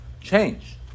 Change